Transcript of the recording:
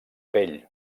pell